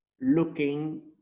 looking